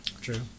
True